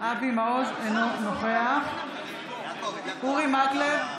אינו נוכח אורי מקלב,